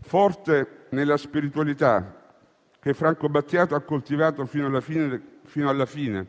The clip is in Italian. forte nella spiritualità che Franco Battiato ha coltivato fino alla fine,